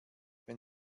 wenn